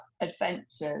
adventures